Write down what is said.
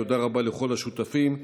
תודה רבה לכל השותפים.